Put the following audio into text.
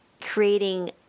creating